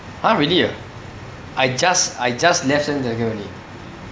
!huh! really ah I just I just left ten seconds only